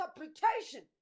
interpretation